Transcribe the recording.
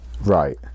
right